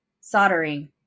soldering